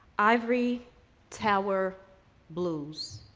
ivory tower blues.